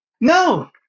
No